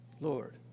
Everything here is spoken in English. Lord